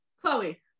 Chloe